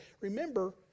remember